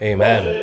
Amen